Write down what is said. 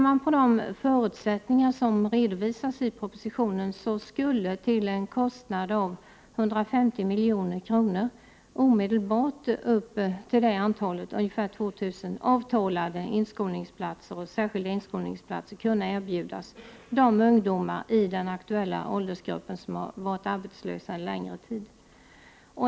Med de förutsättningar som redovisas i propositionen skulle, till en kostnad av 150 milj.kr., omedelbart upp till det antalet — ungefär 2 000 — avtalade inskolningsplatser och särskilda inskolningsplatser kunna erbjudas de ungdomar i den aktuella åldersgruppen som varit arbetslösa en längre tid.